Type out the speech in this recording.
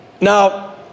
Now